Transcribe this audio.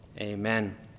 Amen